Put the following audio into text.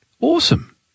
Awesome